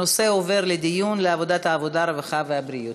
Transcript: הנושא עובר לדיון בוועדת העבודה, הרווחה והבריאות.